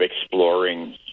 exploring